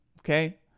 okay